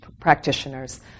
practitioners